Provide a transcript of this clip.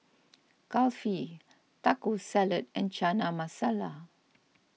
Kulfi Taco Salad and Chana Masala